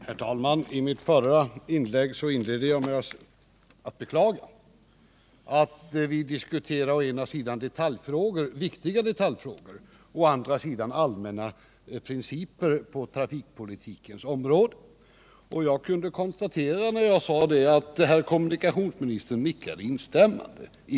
Herr talman! Mitt förra inlägg inledde jag med att beklaga att vi diskuterar å ena sidan detaljfrågor, å andra sidan allmänna principer på trafikpolitikens område. När jag sade detta kunde jag konstatera att herr kommunikationsministern nickade instämmande.